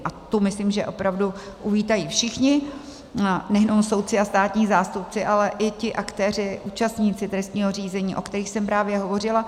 A to myslím, že opravdu uvítají všichni, nejenom soudci a státní zástupci, ale i ti aktéři, účastníci trestního řízení, o kterých jsem právě hovořila.